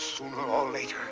sooner or later